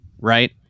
right